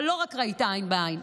אבל לא רק ראית עין בעין,